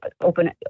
open